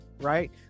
right